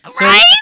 Right